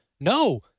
No